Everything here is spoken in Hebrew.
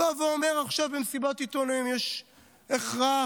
בא ואומר עכשיו במסיבת עיתונאים: יש הכרח,